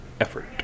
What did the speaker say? effort